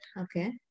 Okay